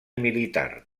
militar